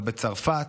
לא בצרפת,